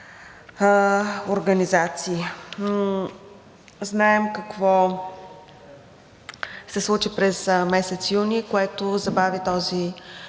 организации. Знаем какво се случи през месец юни, което забави този